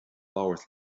labhairt